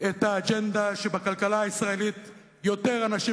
את האג'נדה שבכלכלה הישראלית יותר אנשים